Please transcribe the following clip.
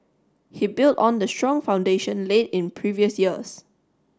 he built on the strong foundation laid in previous years